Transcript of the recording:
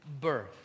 birth